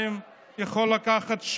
אני לא רוצה לרדת.